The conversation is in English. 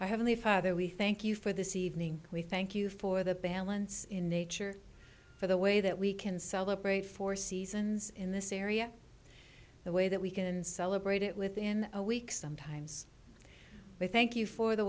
i have the father we thank you for this evening we thank you for the balance in nature for the way that we can celebrate four seasons in this area the way that we can celebrate it within a week sometimes we thank you for the